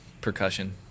percussion